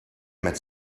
met